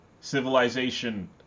civilization